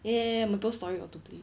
ya ya maple story auto play